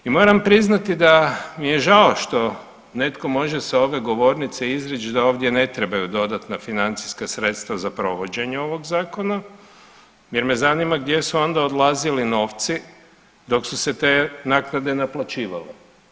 I moram priznati da mi je žao što netko može s ove govornice izreć da ovdje ne trebaju dodatna financijska sredstva za provođenje ovog zakona jer me zanima gdje su onda odlazili novci dok su se te naknade naplaćivale.